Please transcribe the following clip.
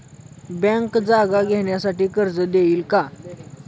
Bank जागा घेण्यासाठी कर्ज देईल का?